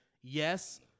Yes